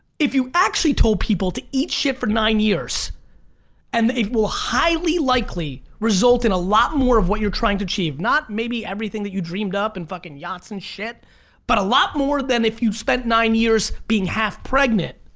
if you actually told people to eat shit for nine years and it will highly likely result in a lot more of what you're trying to achieve not maybe everything that you dreamed up and fucking yachts and shit but a lot more than if you spent nine years being half pregnant